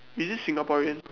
is it singaporean